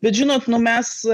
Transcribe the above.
bet žinot nu mes